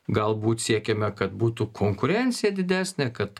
galbūt siekiame kad būtų konkurencija didesnė kad